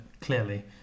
clearly